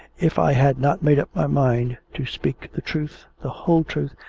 if i had not made up my mind to speak the truth, the whole truth,